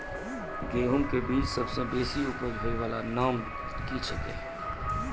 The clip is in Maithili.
गेहूँमक बीज सबसे बेसी उपज होय वालाक नाम की छियै?